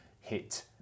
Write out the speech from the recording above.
hit